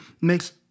makes